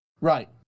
Right